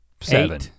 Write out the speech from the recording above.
seven